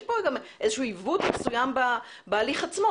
יש פה גם איזשהו עיוות מסוים בהליך עצמו,